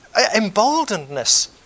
emboldenedness